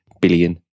billion